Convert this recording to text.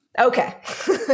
Okay